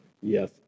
Yes